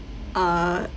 uh